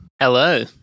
Hello